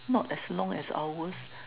not as long as ours